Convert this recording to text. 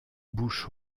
bouche